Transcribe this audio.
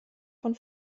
von